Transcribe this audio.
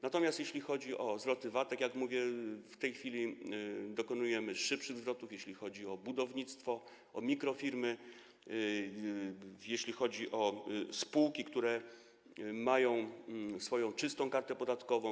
Natomiast jeśli chodzi o zwroty VAT, to, tak jak mówię, w tej chwili dokonujemy tych zwrotów szybciej, jeśli chodzi o budownictwo, o mikrofirmy, jeśli chodzi o spółki, które mają czystą kartę podatkową.